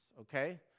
Okay